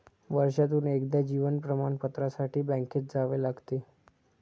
वर्षातून एकदा जीवन प्रमाणपत्रासाठी बँकेत जावे लागते